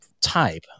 type